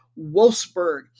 Wolfsburg